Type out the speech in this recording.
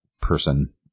person